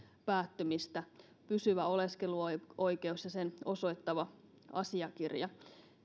päättymistä pysyvä oleskeluoikeus ja sen osoittava asiakirja